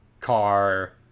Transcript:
car